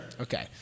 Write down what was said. Okay